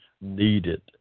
needed